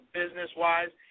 business-wise